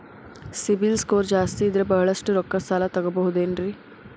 CIBIL score ಜಾಸ್ತಿ ಇದ್ರ ಬಹಳಷ್ಟು ರೊಕ್ಕ ಸಾಲ ತಗೋಬಹುದು ಏನ್ರಿ?